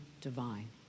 divine